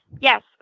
Yes